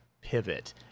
pivot